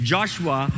Joshua